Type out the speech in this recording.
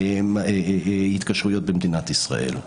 בהתקשרויות במדינת ישראל.